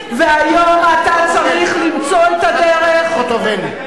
חברת הכנסת חוטובלי.